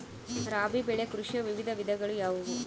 ರಾಬಿ ಬೆಳೆ ಕೃಷಿಯ ವಿವಿಧ ವಿಧಗಳು ಯಾವುವು?